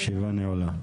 הישיבה נעולה.